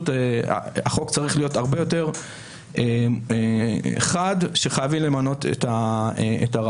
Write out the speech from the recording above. החוק צריך להיות הרבה יותר חד שחייבים למנות את הרב.